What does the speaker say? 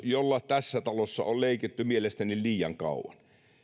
jolla tässä talossa on leikitty mielestäni liian kauan